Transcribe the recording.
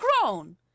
crown